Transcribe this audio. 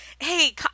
Hey